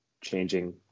changing